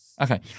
Okay